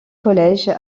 college